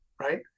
right